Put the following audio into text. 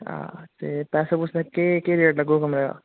आ ते पैसे पूसे केह् केह् रेट लग्गोग कमरे दा